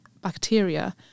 bacteria